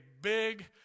big